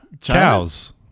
Cows